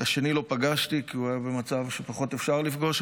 את השני לא פגשתי כי הוא היה במצב שפחות אפשר היה לפגוש,